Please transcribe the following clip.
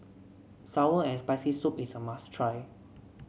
sour and Spicy Soup is a must try